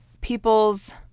people's